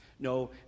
No